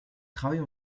travaille